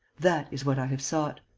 that is what i have sought.